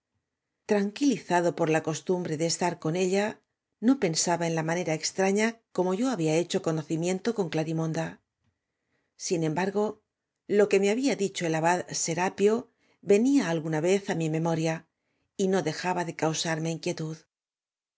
tranquilizado por la costumbre de estar coa ella do pensaba en la maaera extraña como yo había hecho conocimieato con clarimonda sin embargo lo que me había dicho el abad se rapio venía alguna vez á mi memoria y no de jaba de causarme inquietud